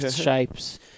shapes